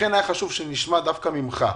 לכן היה חשוב שנשמע דווקא ממך,